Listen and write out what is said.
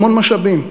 המון משאבים.